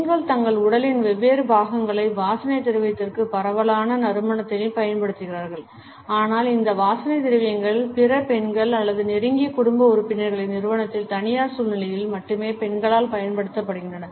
பெண்கள் தங்கள் உடலின் வெவ்வேறு பாகங்களை வாசனை திரவியத்திற்கு பரவலான நறுமணங்களைப் பயன்படுத்துகிறார்கள் ஆனால் இந்த வாசனை திரவியங்கள் பிற பெண்கள் அல்லது நெருங்கிய குடும்ப உறுப்பினர்களின் நிறுவனத்தில் தனியார் சூழ்நிலைகளில் மட்டுமே பெண்களால் பயன்படுத்தப்படுகின்றன